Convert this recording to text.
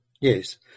yes